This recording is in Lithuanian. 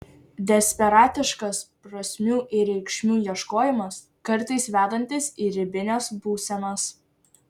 desperatiškas prasmių ir reikšmių ieškojimas kartais vedantis į ribines būsenas